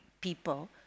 people